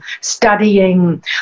studying